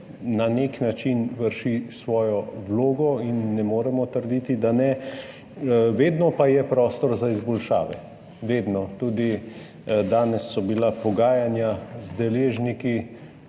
na nek način vrši svojo vlogo in ne moremo trditi, da ne, vedno pa je prostor za izboljšave, vedno. Tudi danes so bila pogajanja z deležniki,